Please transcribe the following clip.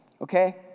Okay